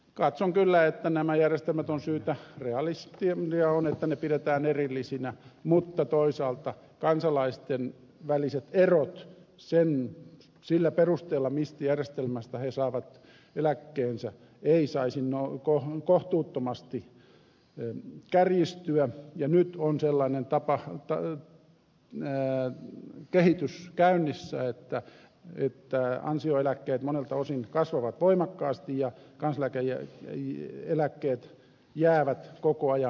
katson kyllä että nämä järjestelmät on syytä realistiamia on että ne pidetään erillisinä mutta toisaalta kansalaisten väliset erot sillä perusteella mistä järjestelmästä he saavat eläkkeensä eivät saisi kohtuuttomasti kärjistyä ja nyt on sellainen kehitys käynnissä että ansioeläkkeet monelta osin kasvavat voimakkaasti ja kansaneläkkeet jäävät koko ajan jälkeen